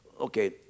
Okay